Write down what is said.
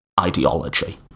ideology